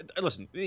listen